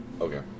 Okay